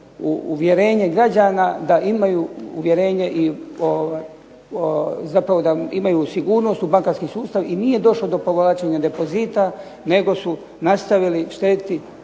uvjerenje građana da imaju uvjerenje, zapravo da imaju sigurnost u bankarski sustav i nije došlo do povlačenja depozita nego su nastavili štediti.